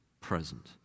present